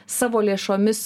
savo lėšomis